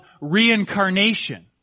reincarnation